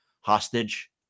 hostage